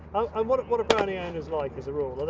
um what what are browning owners like as a rule, are they